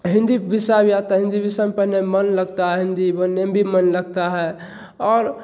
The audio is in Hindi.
हिंदी विषय में आता है हिंदी विषय में पढ़ने में मन लगता है हिंदी बोलने में भी मन लगता है और